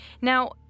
Now